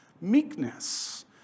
meekness